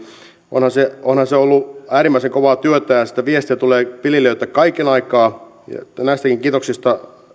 onhan se onhan se ollut äärimmäisen kovaa työtä ja ja sitä viestiä tulee viljelijöiltä kaiken aikaa niin että näistäkin kiitoksista